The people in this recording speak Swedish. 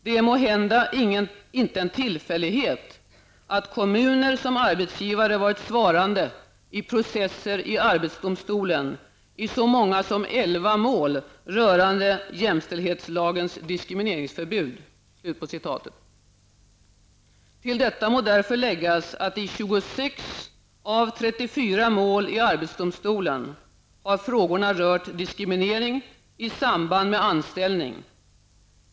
Det är måhända inte en tillfällighet, att kommuner som arbetsgivare varit svarande i processer i AD i så många som elva mål rörande JämLs diskrimineringsförbud.'' Till detta må därför läggas att i 26 av 34 mål i AD har frågorna rört diskriminering i samband med anställning.